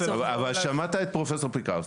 אני רוצה לחזור אלייך --- אבל שמעת את פרופ' פיקרסקי.